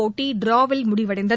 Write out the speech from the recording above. போட்டி ட்டிராவில் முடிவடைந்து